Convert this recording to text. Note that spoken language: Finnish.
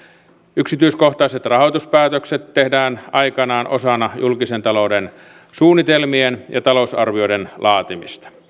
yksityiskohtaiset rahoituspäätökset tehdään aikanaan osana julkisen talouden suunnitelmien ja talousarvioiden laatimista